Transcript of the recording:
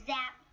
Zap